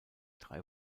drei